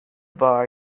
bar